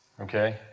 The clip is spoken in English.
Okay